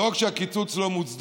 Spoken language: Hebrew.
לא רק שהקיצוץ לא מוצדק,